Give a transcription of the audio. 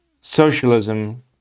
Socialism